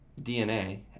DNA